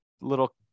little